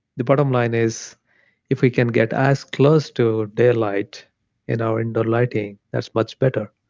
the bottom line is if we can get as close to daylight in our indoor lighting, that's much better.